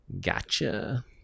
gotcha